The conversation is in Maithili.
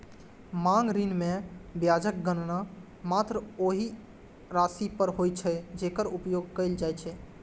मांग ऋण मे ब्याजक गणना मात्र ओइ राशि पर होइ छै, जेकर उपयोग कैल जाइ छै